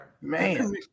Man